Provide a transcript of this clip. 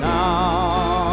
now